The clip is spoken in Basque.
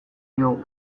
diogu